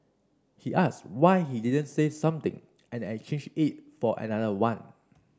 he asked why he didn't say something and exchange it for another one